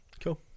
Cool